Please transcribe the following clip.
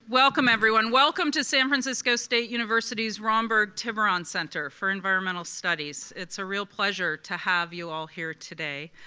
welcome everyone. welcome to san francisco state university's romberg tiburon center for environmental studies. it's a real pleasure to have you all here today.